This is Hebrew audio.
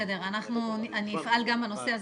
בסדר, אני אפעל גם בנושא הזה.